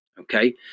okay